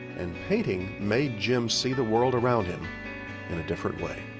and painting made jim see the world around him in a different way.